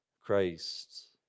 Christ